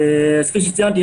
כפי שציינתי,